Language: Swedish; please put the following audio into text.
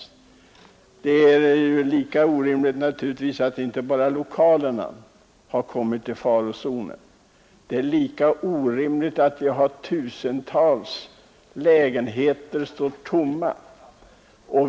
Det är inte bara lokalerna som kommit i farozonen. Det är lika orimligt att tusentals lägenheter står tomma.